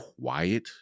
quiet